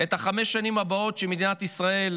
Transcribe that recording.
את חמש השנים הבאות שמדינת ישראל